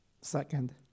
Second